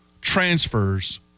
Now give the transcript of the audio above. transfers